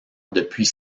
depuis